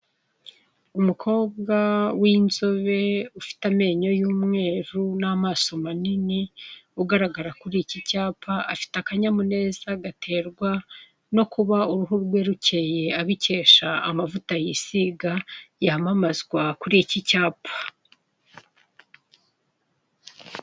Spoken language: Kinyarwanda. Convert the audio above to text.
Umukobwa w'inzobe ufite amenyo y'umweru n'amaso manini ugaragara kuri iki cyapa afite akanyamuneza gaterwa no kuba uruhu rwe rukeye abikesha amavuta yisiga yamamazwa kuri icyi cyapa.